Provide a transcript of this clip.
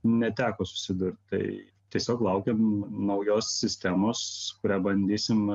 neteko susidurt tai tiesiog laukiam naujos sistemos kurią bandysim